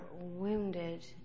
wounded